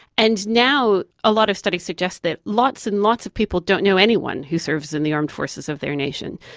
and now a lot of studies suggest that lots and lots of people don't know anyone who serves in the armed forces of their nation.